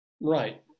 Right